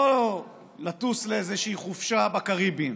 לא לטוס לאיזושהי חופשה בקריביים